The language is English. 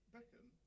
Beckham